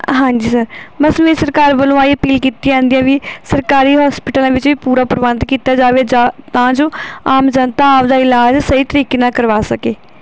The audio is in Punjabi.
ਹਾਂਜੀ ਸਰ ਬਸ ਮੇਰੀ ਸਰਕਾਰ ਵੱਲੋਂ ਇਹੀ ਅਪੀਲ ਕੀਤੀ ਜਾਂਦੀ ਹੈ ਵੀ ਸਰਕਾਰੀ ਹੋਸਪੀਟਲਾਂ ਵਿੱਚ ਵੀ ਪੂਰਾ ਪ੍ਰਬੰਧ ਕੀਤਾ ਜਾਵੇ ਜਾਂ ਤਾਂ ਜੋ ਆਮ ਜਨਤਾ ਆਪਦਾ ਇਲਾਜ ਸਹੀ ਤਰੀਕੇ ਨਾਲ ਕਰਵਾ ਸਕੇ